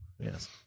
Yes